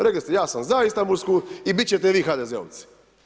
Rekli ste, ja sam za Istanbulsku i biti ćete vi HDZ-ovci.